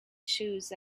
shoes